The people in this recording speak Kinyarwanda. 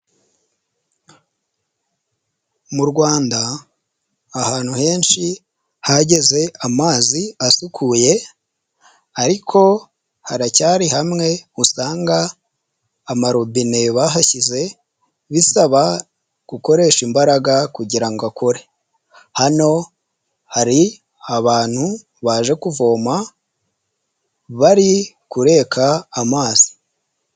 Mu Rwanda ahantu henshi hageze amazi asukuye ariko haracyari hamwe usanga amarobine bahashyize bisaba gukoresha imbaraga kugira ngo akore, hano hari abantu baje kuvoma bari kureka amazi.